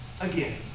again